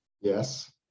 Yes